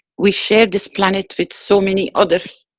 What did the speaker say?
we share this planet with so many other